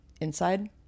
inside